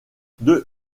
deux